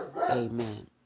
amen